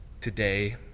today